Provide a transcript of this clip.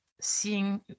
seeing